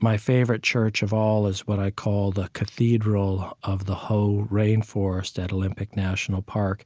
my favorite church of all is what i call the cathedral of the hoh rain forest at olympic national park.